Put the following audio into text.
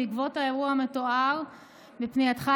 בעקבות האירוע המתואר בפנייתך,